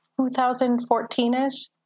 2014-ish